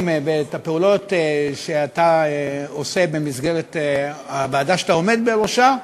ואת הפעולות שאתה עושה במסגרת הוועדה שאתה עומד בראשה,